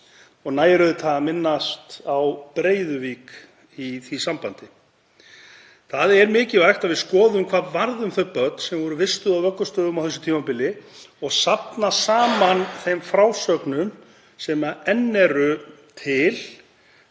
auðvitað að minnast á Breiðuvík í því sambandi. Það er mikilvægt að við skoðum hvað varð um þau börn sem voru vistuð á vöggustofum á þessu tímabili og safna saman sögum þeirra sem enn eru til